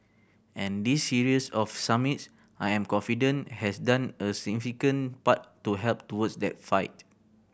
and this series of summits I am confident has done a significant part to help towards that fight